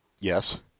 Yes